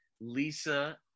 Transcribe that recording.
Lisa